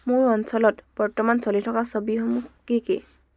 মোৰ অঞ্চলত বৰ্তমান চলি থকা ছবিসমূহ কি কি